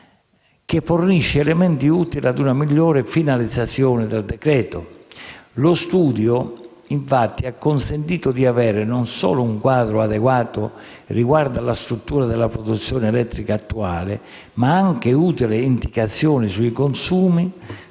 che fornisse elementi utili ad una migliore finalizzazione del decreto. Lo studio ha consentito di avere non solo un quadro adeguato riguardo alla struttura della produzione elettrica attuale, ma anche utili indicazioni sui consumi,